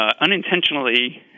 unintentionally